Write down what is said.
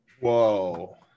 Whoa